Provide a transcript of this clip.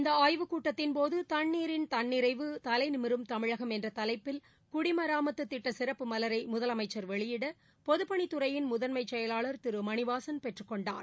இந்த ஆய்வுக் கூட்டத்தின் போது தண்ணீரின் தன்னிறைவு தலைநிமிரும் தமிழகம் என்ற தலைப்பில் குடிமராமத்து திட்ட சிறப்பு மலரை முதலமைச்சர் வெளியிட பொதுப்பணித் துறையின் முதன்மை செயலாளர் திரு மணிவாசன் பெற்றுக் கொண்டார்